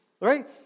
Right